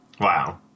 Wow